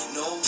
no